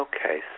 Okay